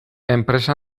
enpresa